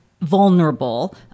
vulnerable